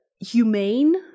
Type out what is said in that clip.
humane